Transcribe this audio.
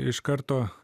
iš karto